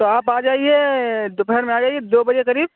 تو آپ آ جائیے دوپہر میں آ جائیے دو بجے کے قریب